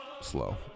slow